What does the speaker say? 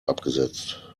abgesetzt